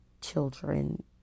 children